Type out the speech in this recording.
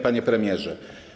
Panie Premierze!